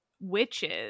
witches